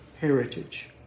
heritage